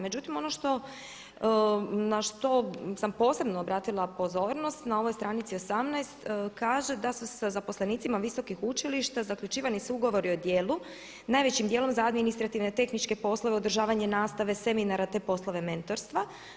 Međutim ono na što sam posebno obratila pozornost na ovoj stranici 18 kaže da su sa zaposlenicima visokih učilišta zaključivani su ugovori o djelu najvećim djelom za administrativne, tehničke poslove, održavanje nastave, seminara te poslove mentorstva.